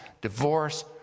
divorce